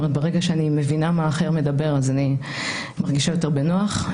ברגע שאני מבינה מה האחר מדבר אני מרגישה יותר בנוח,